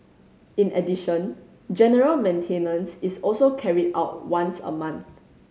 in addition general maintenance is also carried out once a month